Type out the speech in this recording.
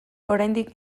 oraindik